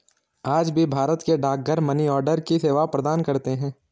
आज भी भारत के डाकघर मनीआर्डर की सेवा प्रदान करते है